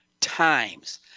times